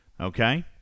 Okay